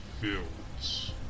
fields